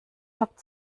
habt